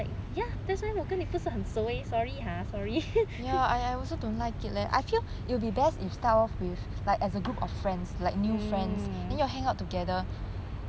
ya that's why 我跟你不是很熟 eh sorry ah sorry mm